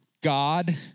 God